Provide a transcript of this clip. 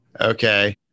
Okay